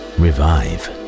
revive